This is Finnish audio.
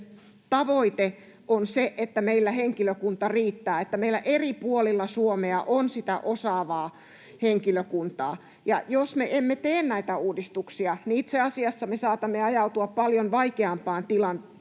tavoite on se, että meillä henkilökunta riittää, että meillä eri puolilla Suomea on sitä osaavaa henkilökuntaa. Jos me emme tee näitä uudistuksia, itse asiassa me saatamme ajautua paljon vaikeampaan tilanteeseen.